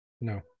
No